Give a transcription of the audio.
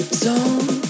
zone